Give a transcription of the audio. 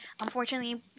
Unfortunately